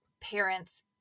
parents